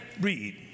Read